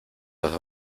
los